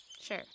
Sure